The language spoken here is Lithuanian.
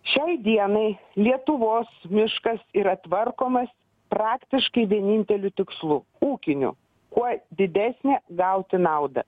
šiai dienai lietuvos miškas yra tvarkomas praktiškai vieninteliu tikslu ūkiniu kuo didesnę gauti naudą